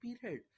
period